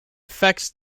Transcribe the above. affects